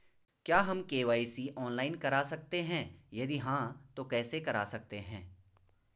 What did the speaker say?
क्या हम KYC online करा सकते हैं यदि हाँ तो कैसे करा सकते हैं?